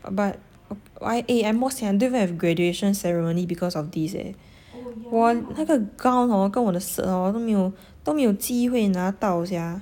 but eh I more sian I don't even have graduation ceremony because of this eh !wah! 那个 gown hor 跟我的 cert hor 我都没有都没有机会拿到 sia